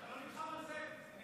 אתה לא נלחם על זה, אתה